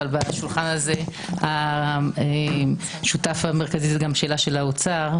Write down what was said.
אבל בשולחן הזה השותף המרכזי זו גם שאלה של האוצר.